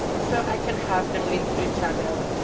so i can have them linked to each other.